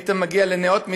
היית מגיע לנאות מדבר,